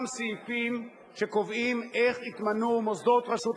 סעיפים שקובעים איך יתמנו מוסדות רשות השידור,